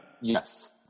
Yes